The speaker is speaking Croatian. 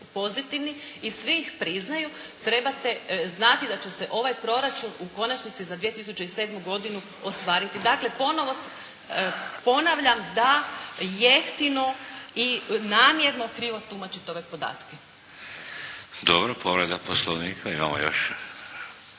pozitivni i svi ih priznaju trebate znati da će se ovaj proračun u konačnici za 2007. godinu ostvariti. Dakle, ponavljam da jeftino i namjerno krivo tumačite ove podatke. **Šeks, Vladimir (HDZ)** Dobro. Povreda poslovnika imamo još.